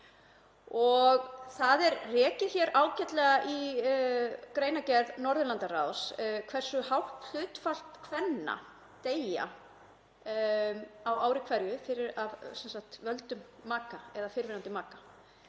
Það er rakið ágætlega í greinargerð Norðurlandaráðs hversu hátt hlutfall kvenna deyr á ári hverju af völdum maka eða fyrrverandi maka.